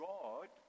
God